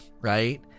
right